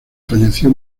falleció